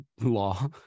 law